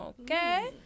okay